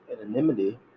Anonymity